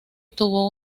tuvo